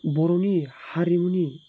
बर'नि हारिमुनि